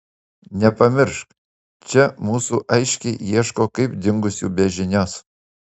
nepamiršk čia mūsų aiškiai ieško kaip dingusiųjų be žinios